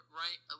right